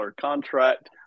contract